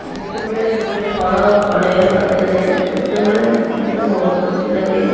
ଯେତେବେଳେ ଗୋଟେ ଫଳ ଫଳେ ଗଛରେ ସେତେବେଳେ ମୋତେ ବହୁତ ଖୁସି ଲାଗେ